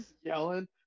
yelling